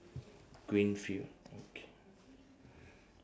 green field